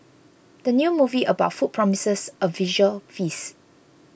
the new movie about food promises a visual feast